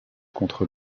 contre